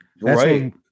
Right